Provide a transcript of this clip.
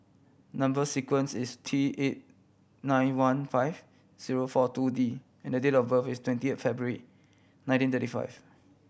number sequence is T eight nine one five zero four two D and date of birth is twenty eight February nineteen thirty five